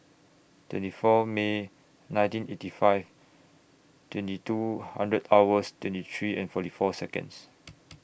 twenty four May nineteen eighty five twenty two hundred hours twenty three and forty four Seconds